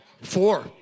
Four